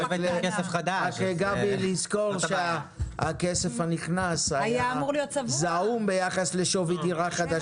--- צריך לזכור שהכסף הנכנס היה זעום ביחס לשווי של דירה חדשה.